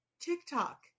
TikTok